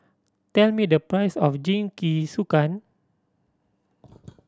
tell me the price of Jingisukan